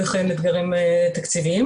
וכן אתגרים תקציביים.